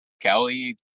Kelly